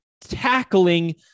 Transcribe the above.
tackling